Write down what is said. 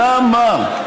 למה?